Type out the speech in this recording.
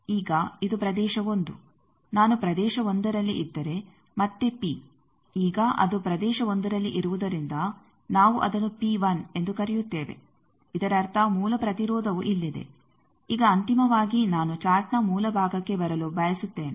ಈಗ ಇದು ಪ್ರದೇಶ 1 ನಾನು ಪ್ರದೇಶ 1ರಲ್ಲಿ ಇದ್ದರೆ ಮತ್ತೆ ಪಿ ಈಗ ಅದು ಪ್ರದೇಶ 1ರಲ್ಲಿ ಇರುವುದರಿಂದ ನಾವು ಅದನ್ನು ಎಂದು ಕರೆಯುತ್ತೇವೆ ಇದರರ್ಥ ಮೂಲ ಪ್ರತಿರೋಧವು ಇಲ್ಲಿದೆ ಈಗ ಅಂತಿಮವಾಗಿ ನಾನು ಚಾರ್ಟ್ನ ಮೂಲ ಭಾಗಕ್ಕೆ ಬರಲು ಬಯಸುತ್ತೇನೆ